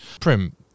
Prim